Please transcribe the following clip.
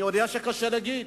אני יודע שקשה להגיד,